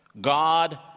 God